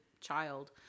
child